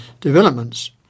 developments